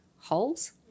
holes